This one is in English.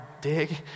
dig